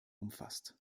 umfasst